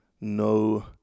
no